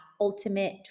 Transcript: Ultimate